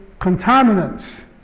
contaminants